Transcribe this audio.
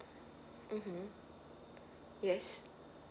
mmhmm yes